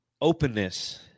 openness